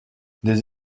des